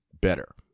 better